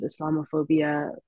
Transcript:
Islamophobia